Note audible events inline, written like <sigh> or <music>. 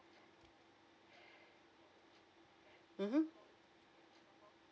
<breath> mmhmm